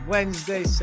Wednesday